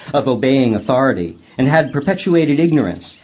of obeying authority, and had perpetuated ignorance,